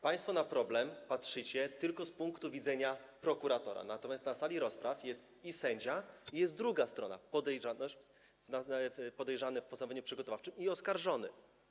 Państwo na problem patrzycie tylko z punktu widzenia prokuratora, natomiast na sali rozpraw jest i sędzia, i druga strona, podejrzany w postępowaniu przygotowawczym i oskarżony.